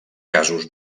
casos